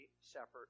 separate